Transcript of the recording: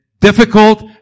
difficult